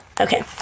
Okay